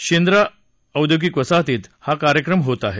शंद्रा औद्योगिक वसाहतीत हा कार्यक्रम होत आहे